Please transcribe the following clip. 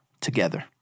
together